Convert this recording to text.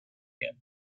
him